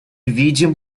видим